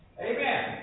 amen